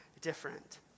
different